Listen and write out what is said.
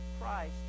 Christ